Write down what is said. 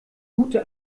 gute